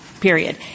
period